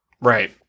Right